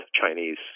Chinese